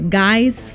guys